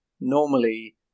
normally